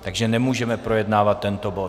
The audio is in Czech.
Takže nemůžeme projednávat tento bod.